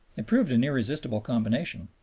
it proved an irresistible combination,